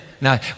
Now